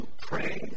pray